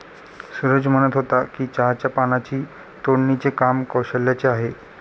सूरज म्हणत होता की चहाच्या पानांची तोडणीचे काम कौशल्याचे आहे